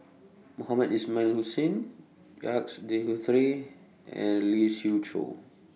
Mohamed Ismail Hussain Jacques De Go three and Lee Siew Choh